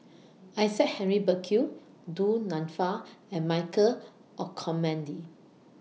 Isaac Henry Burkill Du Nanfa and Michael Olcomendy